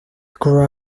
grew